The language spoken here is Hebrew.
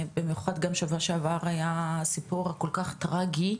במיוחד גם שבוע שעבר היה סיפור כל כך טרגי.